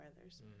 others